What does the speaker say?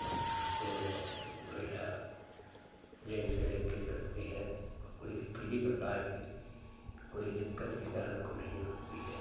और सबको बढ़िया प्रेम से लेकर चलते हैं और कोई किसी प्रकार की कोई दिक्कत किसानों को नहीं होती है